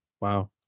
wow